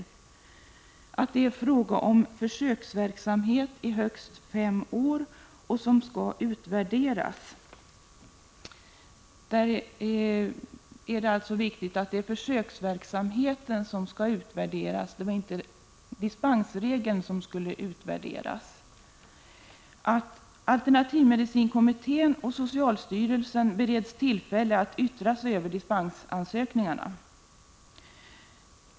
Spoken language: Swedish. Utskottet poängterade att det är fråga om en försöksverksamhet som skall pågå i högst fem år och som skall utvärderas — det är alltså försöksverksamheten och inte dispensregeln som skall utvärderas — och att alternativmedicinkommittén och socialstyrelsen skall beredas tillfälle att yttra sig över dispensansökningarna.